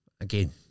again